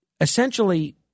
essentially